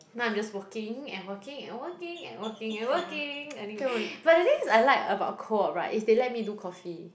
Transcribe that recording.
now I'm just working and working and working and working and working anyway but the thing is I like about co-op right is they let me do coffee